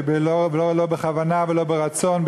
לא בכוונה ולא ברצון,